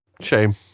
Shame